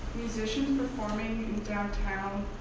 musicians performing in downtown